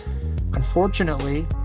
Unfortunately